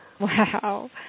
Wow